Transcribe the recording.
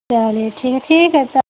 चलिए ठीक है तब